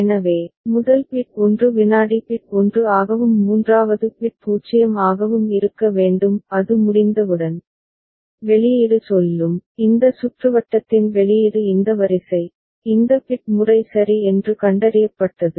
எனவே முதல் பிட் 1 வினாடி பிட் 1 ஆகவும் மூன்றாவது பிட் 0 ஆகவும் இருக்க வேண்டும் அது முடிந்தவுடன் வெளியீடு சொல்லும் இந்த சுற்றுவட்டத்தின் வெளியீடு இந்த வரிசை இந்த பிட் முறை சரி என்று கண்டறியப்பட்டது